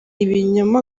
ibinyoma